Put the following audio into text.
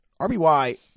RBY